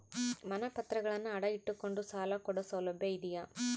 ಮನೆ ಪತ್ರಗಳನ್ನು ಅಡ ಇಟ್ಟು ಕೊಂಡು ಸಾಲ ಕೊಡೋ ಸೌಲಭ್ಯ ಇದಿಯಾ?